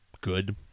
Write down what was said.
good